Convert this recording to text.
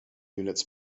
units